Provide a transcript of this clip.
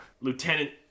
lieutenant